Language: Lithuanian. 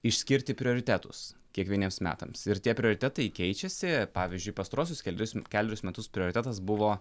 išskirti prioritetus kiekvieniems metams ir tie prioritetai keičiasi pavyzdžiui pastaruosius keleris kelerius metus prioritetas buvo